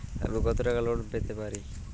আমি কত টাকা লোন পেতে পারি?